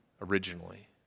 originally